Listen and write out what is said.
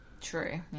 True